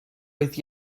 oedd